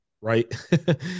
right